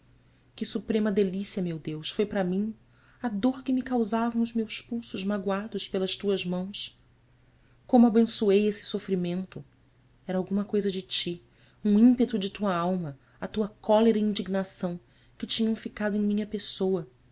que suprema delícia meu deus foi para mim a dor que me causavam os meus pulsos magoados pelas tuas mãos como abençoei este sofrimento era alguma coisa de ti um ímpeto de tua alma a tua cólera e indignação que tinham ficado em minha pessoa